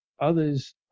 others